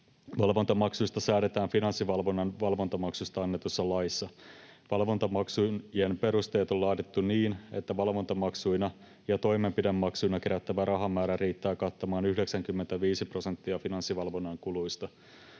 Valvontamaksuista säädetään Finanssivalvonnan valvontamaksusta annetussa laissa. Valvontamaksujen perusteet on laadittu niin, että valvontamaksuina ja toimenpidemaksuina kerättävä rahamäärä riittää kattamaan 95 prosenttia Finanssivalvonnan kuluista.